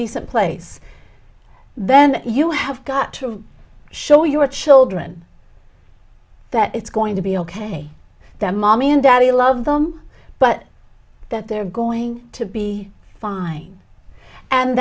decent place then you have got to show your children that it's going to be ok that mommy and daddy love them but that they're going to be fine and